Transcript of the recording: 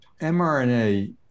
mRNA